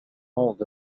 hold